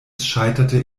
scheiterte